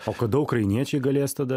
o kada ukrainiečiai galės tada